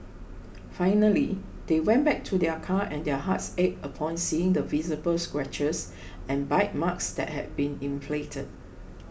finally they went back to their car and their hearts ached upon seeing the visible scratches and bite marks that had been inflicted